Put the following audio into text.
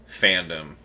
fandom